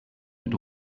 mit